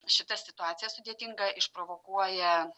šita situacija sudėtinga išprovokuoja